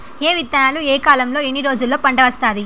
ఏ విత్తనాలు ఏ కాలంలో ఎన్ని రోజుల్లో పంట వస్తాది?